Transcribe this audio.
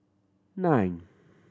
nine